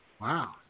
Wow